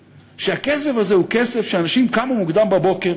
שהכסף הזה הוא כסף שאנשים קמו מוקדם בבוקר